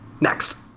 next